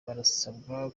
barasabwa